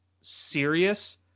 serious